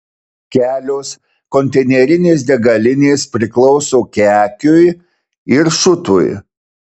kelios konteinerinės degalinės priklauso kekiui ir šutui